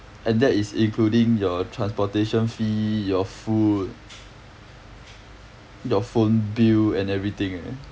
and that is including your transportation fee your food your phone bill and everything eh